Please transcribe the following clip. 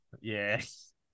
Yes